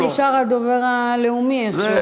אתה נשאר הדובר הלאומי איכשהו,